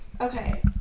Okay